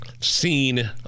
Seen